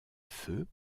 feu